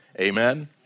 amen